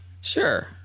sure